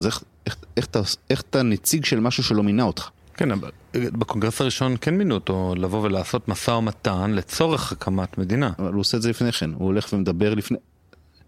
אז איך אתה נציג של משהו שלא מינה אותך? כן, אבל בקונגרס הראשון כן מינו אותו לבוא ולעשות משא ומתן לצורך חכמת מדינה. אבל הוא עושה את זה לפני כן, הוא הולך ומדבר לפני...